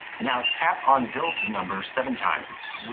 now tap on build number seven times.